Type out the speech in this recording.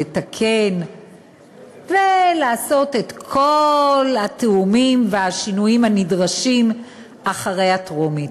לתקן ולעשות את כל התיאומים והשינויים הנדרשים אחרי הקריאה הטרומית.